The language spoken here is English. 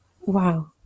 Wow